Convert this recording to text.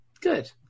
Good